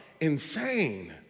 insane